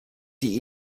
die